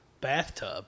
bathtub